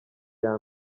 iya